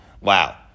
Wow